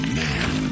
man